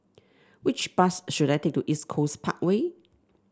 which bus should I take to East Coast Parkway